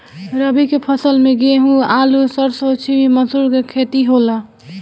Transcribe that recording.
रबी के फसल में गेंहू, आलू, सरसों, छीमी, मसूर के खेती होला